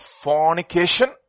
Fornication